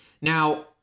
Now